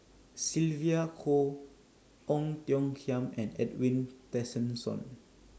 Sylvia Kho Ong Tiong Khiam and Edwin Tessensohn